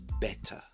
better